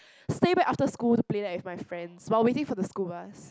stay back after school to play that with my friends while waiting for the school bus